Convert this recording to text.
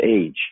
age